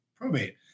probate